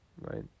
right